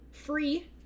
Free